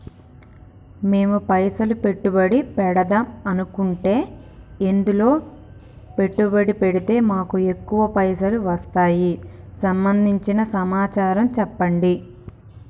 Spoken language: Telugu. మేము పైసలు పెట్టుబడి పెడదాం అనుకుంటే ఎందులో పెట్టుబడి పెడితే మాకు ఎక్కువ పైసలు వస్తాయి సంబంధించిన సమాచారం చెప్పండి?